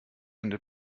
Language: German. ende